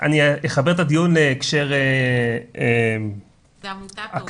אני אחבר את הדיון בהקשר --- זו עמותת הורים?